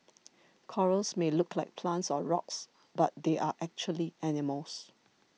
corals may look like plants or rocks but they are actually animals